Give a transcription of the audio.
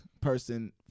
person